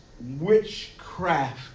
witchcraft